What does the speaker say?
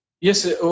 Yes